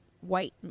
white